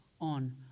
on